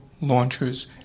launchers